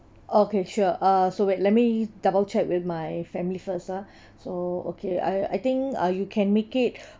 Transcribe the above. okay sure uh so wait let me double check with my family first ah so okay I I think uh you can make it